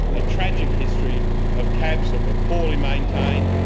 a tragic history of cabs that were poorly maintained,